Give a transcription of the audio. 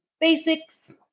Basics